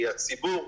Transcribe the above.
כי הציבור,